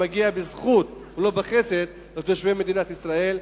המגיע בזכות ולא בחסד לתושבי מדינת ישראל,